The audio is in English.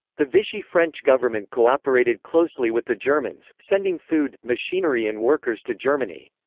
the vichy french government cooperated closely with the germans, sending food, machinery and workers to germany.